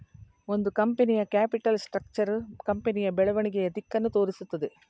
ಒಂದು ಕಂಪನಿಯ capital structure ಕಂಪನಿಯ ಬೆಳವಣಿಗೆಯ ದಿಕ್ಕನ್ನು ತೋರಿಸುತ್ತದೆ